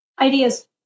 Ideas